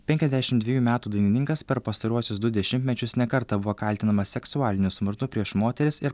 penkiasdešimt dvejų metų dainininkas per pastaruosius du dešimtmečius ne kartą buvo kaltinamas seksualiniu smurtu prieš moteris ir